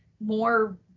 more